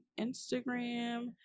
Instagram